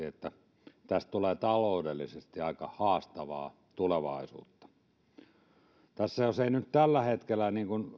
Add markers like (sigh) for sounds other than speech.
(unintelligible) että tästä tulee taloudellisesti aika haastavaa tulevaisuutta jos ei nyt tällä hetkellä